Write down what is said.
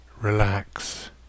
relax